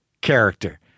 character